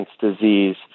disease